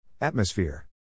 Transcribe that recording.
Atmosphere